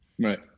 Right